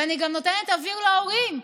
ואני גם נותנת אוויר להורים,